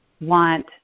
want